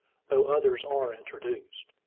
though others are introduced.